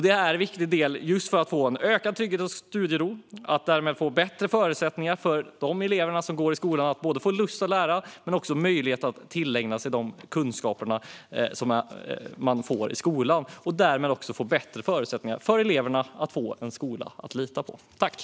Det handlar om ökad trygghet och studiero, och därmed ges elever i skolan bättre förutsättningar att få lust att lära och möjlighet att tillägna sig kunskaper. Därmed får eleverna bättre förutsättningar att få tillgång till en skola som de kan lita på.